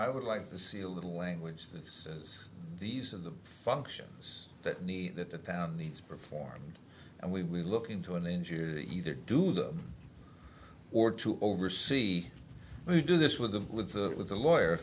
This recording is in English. i would like to see a little language that says these of the functions that need that the town needs before and we will look into an engineer to either do them or to oversee we do this with the with the with the lawyer